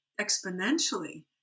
exponentially